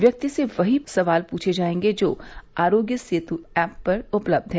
व्यक्ति से वही सवाल पूछे जाएंगे जो आरोग्य सेतु ऐप पर उपलब्ध हैं